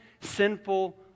sinful